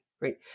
right